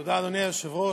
תודה, אדוני היושב-ראש,